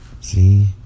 See